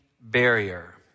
barrier